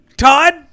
Todd